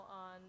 on